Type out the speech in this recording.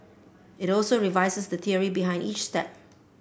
it also revises the theory behind each step